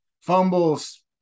fumbles